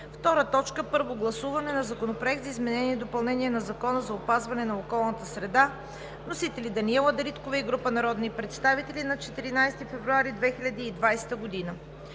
2020 г. 2. Първо гласуване на Законопроекта за изменение и допълнение на Закона за опазване на околната среда. Вносители са Даниела Дариткова и група народни представители на 14 февруари 2020 г.